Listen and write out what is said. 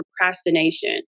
procrastination